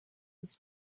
was